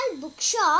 bookshop